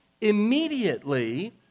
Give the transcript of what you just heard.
immediately